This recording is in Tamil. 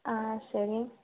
ஆ சரி